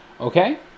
Okay